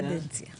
קדנציה.